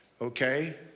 Okay